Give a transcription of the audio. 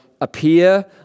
appear